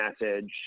message